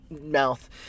mouth